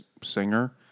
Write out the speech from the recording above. singer